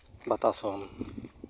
ᱵᱟᱛᱟᱥᱚᱝ